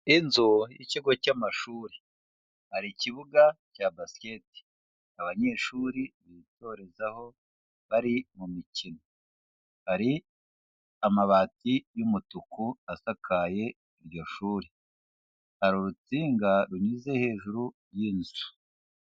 Inzu y'ikigo cy'amashuri, hari ikibuga cya basket abanyeshuri bitorezaho bari mu mikino, hari amabati y'umutuku asakaye iryo shuri, hari urutsinga runyuze hejuru y'inzu.